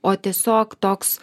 o tiesiog toks